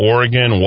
Oregon